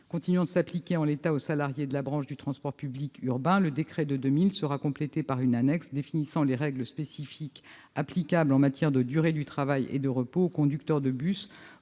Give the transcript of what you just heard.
Continuant de s'appliquer en l'état aux salariés de la branche du transport public urbain, le décret de 2000 sera complété par une annexe définissant les règles spécifiques applicables en matière de durée du travail et de repos aux conducteurs de bus